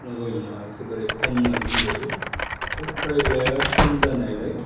दावगानाय नङा एकेबारे खम होननानै होनजायो थह फरायग्राया खम जानायलाय